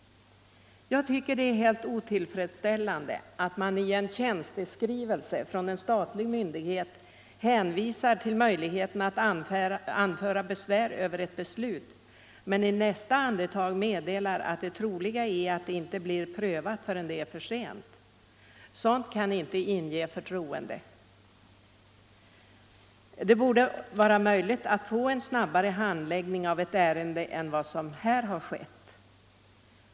Jag tycker att det är helt otillfredsställande att man i en tjänsteskrivelse från en statlig myndighet hänvisar till möjligheten att anföra besvär över ett beslut men i nästa andetag meddelar att det troliga är att ärendet inte blir prövat förrän det är för sent. Sådant kan inte inge förtroende. Det borde vara möjligt att få en snabbare handläggning av ett ärende än vad som här skett.